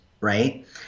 right –